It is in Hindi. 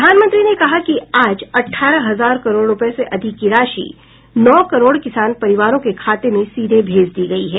प्रधानमंत्री ने कहा कि आज अठारह हजार करोड़ रुपये से अधिक की राशि नौ करोड़ किसान परिवारों के खातों में सीधे भेज दी गई है